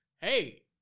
hey